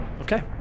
Okay